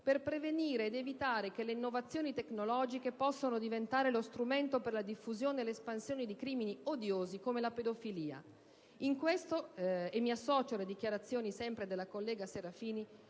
per prevenire ed evitare che le innovazioni tecnologiche possano diventare lo strumento per la diffusione e l'espansione di crimini odiosi come la pedofilia. In questo - e mi associo alle dichiarazioni della collega Serafini